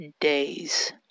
days